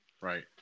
Right